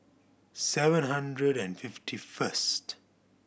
seven hundred and fifty first